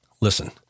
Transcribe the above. Listen